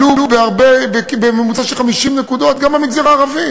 עלו בהרבה, בממוצע של 50 נקודות, גם במגזר הערבי.